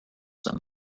them